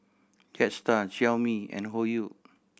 Jetstar Xiaomi and Hoyu